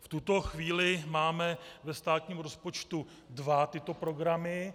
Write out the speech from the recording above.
V tuto chvíli máme ve státním rozpočtu dva tyto programy.